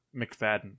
McFadden